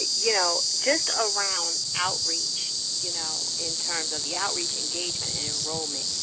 you know, just around outreach, you know, in terms of the outreach engagement and enrollment,